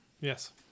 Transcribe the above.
Yes